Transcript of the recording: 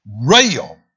rail